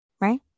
right